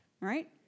right